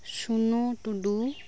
ᱥᱩᱱᱚ ᱴᱩᱰᱩ